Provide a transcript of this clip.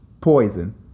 poison